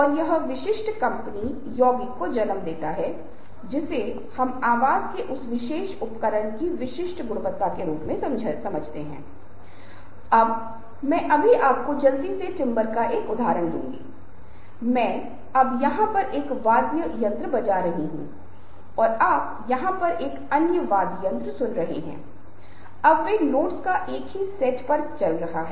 और इन संदर्भों में आप उन प्रतिमानों को भूल जाते हैं उदाहरणों को उन दिशा निर्देशों को भूल जाते हैं जिन पर हम चर्चा कर रहे हैं जब तक कि इस बात पर सहानुभूति भावनाओं और भावनाओं के बारे में अन्य लोगों को समझने के बारे में सहानुभूति नहीं है और बहुत अलग तरीके से काम करते हैं